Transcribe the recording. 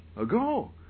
ago